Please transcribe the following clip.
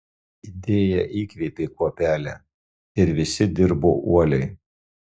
idėja įkvėpė kuopelę ir visi dirbo uoliai